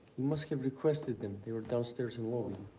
must have requested them. they were downstairs in lobby.